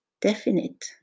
definite